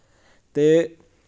ते